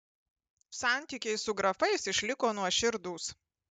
santykiai su grafais išliko nuoširdūs